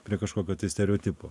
prie kažkokio stereotipo